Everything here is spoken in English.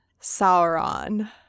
Sauron